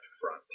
front